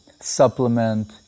supplement